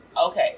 okay